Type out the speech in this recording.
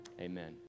Amen